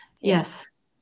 yes